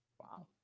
wow